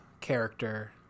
character